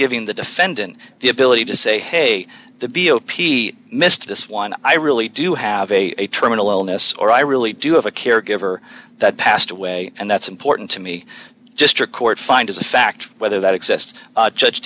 giving the defendant the ability to say hey the b o p missed this one i really do have a terminal illness or i really do have a caregiver that passed away and that's important to me just record find as a fact whether that exists judge